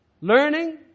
Learning